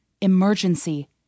emergency